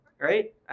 right